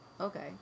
Okay